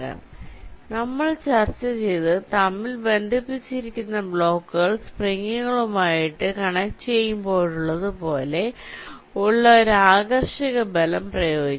അതിനാൽ നമ്മൾ ചർച്ച ചെയ്തത് തമ്മിൽ ബന്ധിപ്പിച്ചിരിക്കുന്ന ബ്ലോക്കുകൾ സ്പ്രിങ്ങുകളുമായിട്ട് കണക്ട് ചെയുമ്പോഴുള്ളത് പോലെ ഉള്ള ഒരു ആകർഷക ബലം പ്രയോഗിക്കും